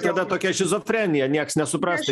tada tokia šizofrenija nieks nesuprastų